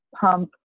pump